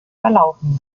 verlaufen